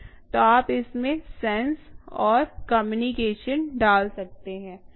तो आप इसमें सेंस और कम्युनिकेशन डाल सकते हैं